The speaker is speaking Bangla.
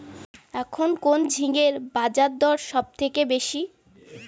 এখন কোন ঝিঙ্গের বাজারদর সবথেকে বেশি?